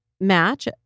match